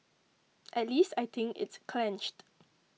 at least I think it's clenched